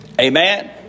Amen